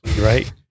right